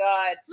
God